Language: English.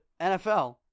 NFL